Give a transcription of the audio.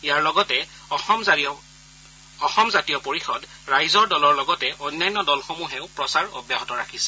ইয়াৰ লগতে অসম জাতীয় পৰিষদ ৰাইজৰ দলৰ লগতে অন্যান্য দলসমূহেও প্ৰচাৰ অব্যাহত ৰাখিছে